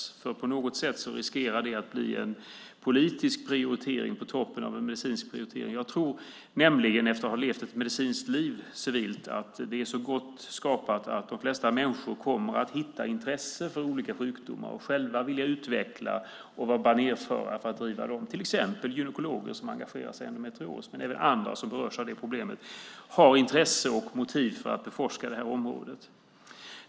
Det riskerar på något sätt att bli en politisk prioritering på toppen av en medicinsk prioritering. Jag tror nämligen efter att civilt ha levt ett medicinskt liv att det är så gott skapat att de flesta människor kommer att hitta intresse för olika sjukdomar och själva vilja utveckla att vara banerförare för att driva de frågorna. Det finns till exempel gynekologer som engagerar sig för endometrios. Men även andra som berörs av det problemet har intresse och motiv för att beforska området.